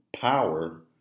power